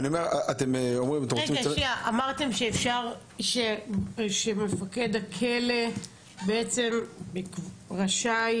אמרתם שאפשר שמפקד הכלא בעצם רשאי